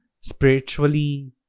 spiritually